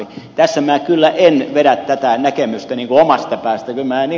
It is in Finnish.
tässä minä kyllä en vedä tätä näkemystä omasta päästäni